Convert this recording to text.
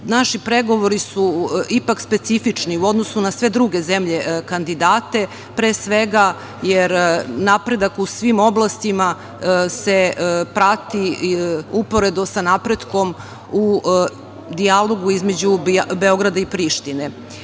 naši pregovori su ipak specifični u odnosu na sve druge zemlje kandidate, pre svega jer napredak u svim oblastima se prati uporedo sa napretkom u dijalogu između Beograda i Prištine.